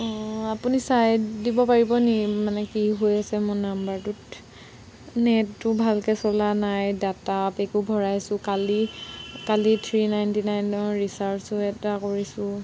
অঁ আপুনি চাই দিব পাৰিব নেকি মানে কি হৈ আছে মোৰ নাম্বাৰটোত নেটটো ভালকৈ চলা নাই ডাটা পেকো ভৰাইছোঁ কালি কালি থ্ৰী নাইনটি নাইনৰ ৰিচাৰ্জো এটা কৰিছোঁ